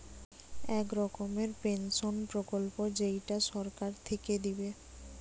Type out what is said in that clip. এক রকমের পেনসন প্রকল্প যেইটা সরকার থিকে দিবে